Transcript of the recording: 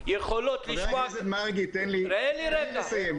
יכולות לשמוע